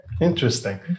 Interesting